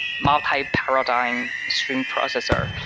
multi paradigm stream processor.